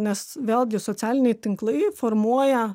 nes vėlgi socialiniai tinklai formuoja